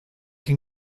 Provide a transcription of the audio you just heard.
can